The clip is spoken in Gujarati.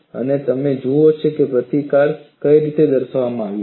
અને તમે જુઓ કે પ્રતિકાર કઈ રીતે દર્શાવવામાં આવ્યો છે